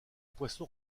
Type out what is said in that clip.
poisson